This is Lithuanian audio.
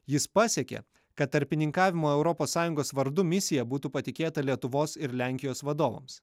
jis pasiekė kad tarpininkavimo europos sąjungos vardu misija būtų patikėta lietuvos ir lenkijos vadovams